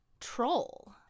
troll